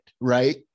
right